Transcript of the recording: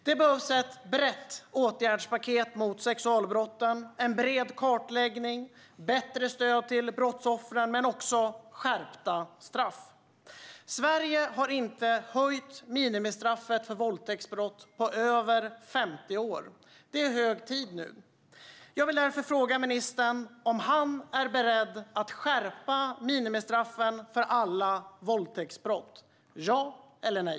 Det behövs ett brett åtgärdspaket mot sexualbrotten, en bred kartläggning, bättre stöd till brottsoffren men också skärpta straff. Sverige har inte höjt minimistraffet för våldtäktsbrott på över 50 år. Det är hög tid nu. Jag vill därför fråga ministern: Är han beredd att skärpa minimistraffen för alla våldtäktsbrott - ja eller nej?